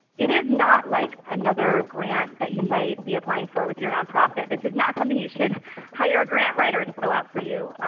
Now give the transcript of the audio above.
it is not like another grant that you might be applying for with your nonprofit. this is not something you should hire a grant writer to fill out for you.